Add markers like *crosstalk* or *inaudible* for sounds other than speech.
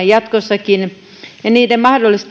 *unintelligible* jatkossakin ja niiden